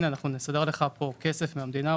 הנה אנחנו נסדר לך פה כסף מהמדינה,